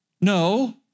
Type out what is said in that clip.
no